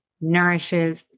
nourishes